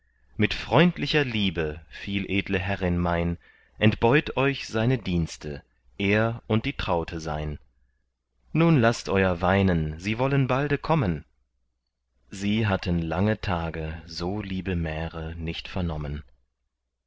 mit freundlicher liebe viel edle herrin mein entbeut euch seine dienste er und die traute sein nun laßt euer weinen sie wollen balde kommen sie hatten lange tage so liebe märe nicht vernommen